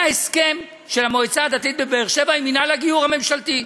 היה הסכם של המועצה הדתית בבאר-שבע עם מינהל הגיור הממשלתי.